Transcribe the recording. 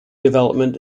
development